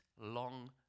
long